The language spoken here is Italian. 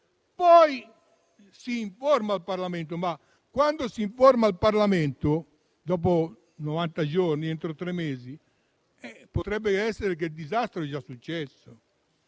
Poi si informa al Parlamento, ma quando si informa il Parlamento, dopo novanta giorni, entro tre mesi, potrebbe darsi che il disastro sia già